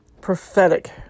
prophetic